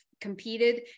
competed